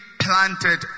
planted